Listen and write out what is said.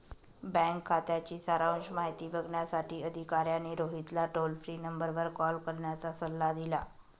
bank खात्याची सारांश माहिती बघण्यासाठी अधिकाऱ्याने रोहितला टोल फ्री नंबरवर कॉल करण्याचा सल्ला दिला